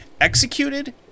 Executed